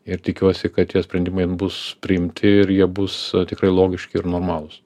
ir tikiuosi kad tie sprendimai bus priimti ir jie bus tikrai logiški ir normalūs